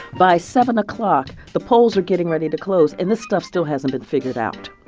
by seven o'clock, the polls are getting ready to close and this stuff still hasn't been figured out.